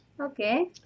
Okay